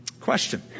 Question